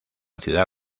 ciudad